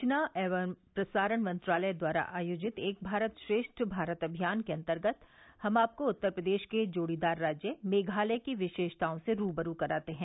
सूचना एवं प्रसारण मंत्रालय द्वारा आयोजित एक भारत श्रेष्ठ भारत अभियान के अंतर्गत हम आपको उत्तर प्रदेश के जोड़ीदार राज्य मेघालय की विशेषताओं से रूबरू कराते हैं